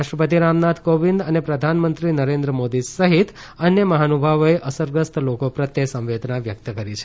રાષ્ટ્રપતિ રામનાથ કોવિંદ અને પ્રધાનમંત્રી નરેન્દ્ર મોદી સહિત અન્ય મહાનુભાવોએ અસરગ્રસ્ત લોકો પ્રત્યે સંવેદના વ્યક્ત કરી છે